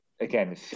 again